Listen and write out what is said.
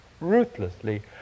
ruthlessly